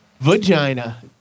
Vagina